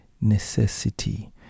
necessity